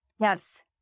yes